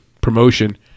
promotion